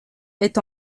est